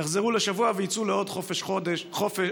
יחזרו לשבוע ויצאו לעוד חודש חופש.